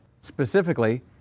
Specifically